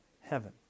heaven